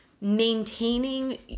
maintaining